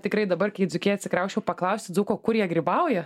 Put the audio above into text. tikrai dabar kai į dzūkiją atsikrausčiau paklausti dzūko kur jie grybauja